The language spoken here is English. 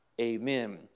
amen